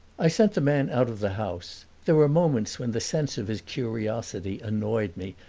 i sent the man out of the house there were moments when the sense of his curiosity annoyed me,